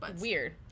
Weird